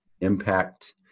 impact